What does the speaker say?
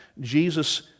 Jesus